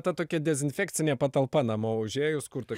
ta tokia dezinfekcinė patalpa namo užėjus kur tu